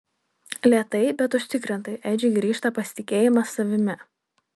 lėtai bet užtikrintai edžiui grįžta pasitikėjimas savimi